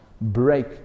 break